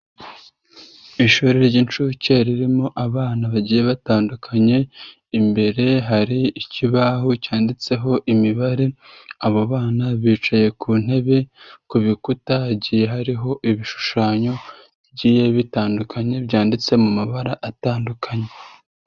Ishuri ry'inshuke ririmo abana bagiye batandukanye imbere hari ikibaho cyanditseho imibare abo bana bicaye ku ntebe, ku bikuta hagiye hariho ibishushanyo bigiye bitandukanye byanditse mu mabara atandukanye.